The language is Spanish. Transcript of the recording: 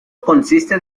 consiste